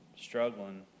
struggling